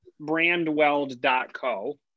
brandweld.co